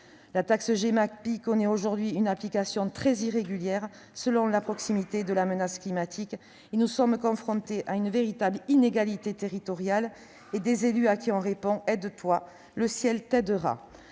La taxe Gemapi connaît une application très irrégulière selon la proximité de la menace climatique. Nous sommes confrontés à une véritable inégalité territoriale, avec des élus à qui l'on répond :« Aide-toi, le ciel t'aidera !